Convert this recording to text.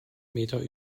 meter